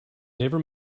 never